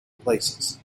places